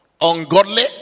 ungodly